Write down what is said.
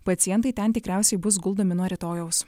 pacientai ten tikriausiai bus guldomi nuo rytojaus